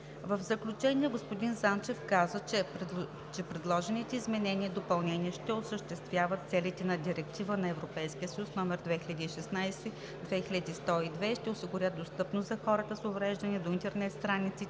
В заключение господин Занчев каза, че предложените изменения и допълнения ще осъществят целите на Директива (EC) № 2016/2102 и ще осигурят достъпност за хората с увреждания до интернет страниците